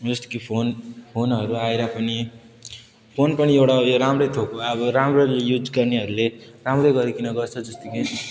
जस्तो कि फोन फोनहरू आएर पनि फोन पनि एउटा ऊ यो राम्रो थोक अब राम्ररी युज गर्नेहरूले राम्रै गरिकन गर्छ जस्तो कि